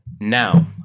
Now